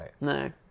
no